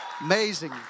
amazing